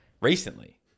recently